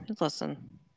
listen